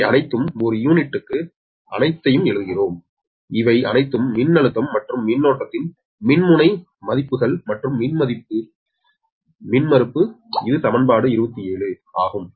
இவை அனைத்தும் ஒரு யூனிட்டுக்கு அனைத்தையும் எழுதுகிறோம் இவை அனைத்தும் மின்னழுத்தம் மற்றும் மின்னோட்டத்தின் மின்முனை மதிப்புகள் மற்றும் மின்மறுப்பு இது சமன்பாடு 27 ஆகும்